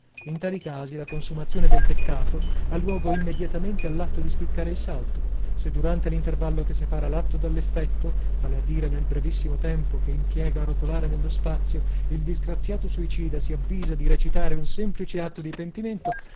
in tali casi la consumazione del peccato ha luogo immediatamente all'atto di spiccare il salto se durante l'intervallo che separa l'atto dall'effetto vale a dire nel brevissimo tempo che impiega a rotolare nello spazio il disgraziato suicida si avvisa di recitare un semplice atto di pentimento